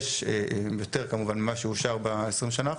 יש יותר כמובן ממה שאושר ב-20 שנה אחרונות,